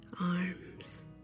arms